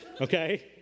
okay